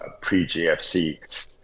pre-GFC